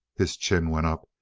his chin went up.